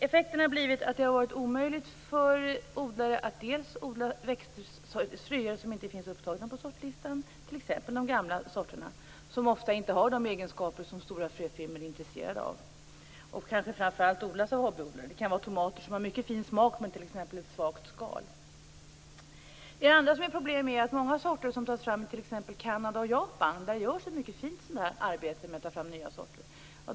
Effekten har blivit att det har varit omöjligt för odlare att odla fröer som inte finns upptagna på sortlistan, t.ex. de gamla sorterna som ofta inte har de egenskaper som stora fröfirmor är intresserade av och som kanske framför allt odlas av hobbyodlare. Det kan vara tomater som har mycket fin smak men t.ex. ett svagt skal. Ett annat problem är många sorter som tas fram i t.ex. Kanada och Japan. Där görs ett mycket fint arbete med att ta fram nya sorter.